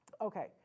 Okay